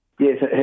Yes